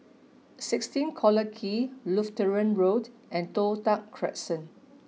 sixteen Collyer Quay Lutheran Road and Toh Tuck Crescent